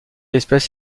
espèce